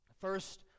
first